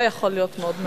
זה יכול להיות מאוד מעניין.